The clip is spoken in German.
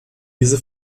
diese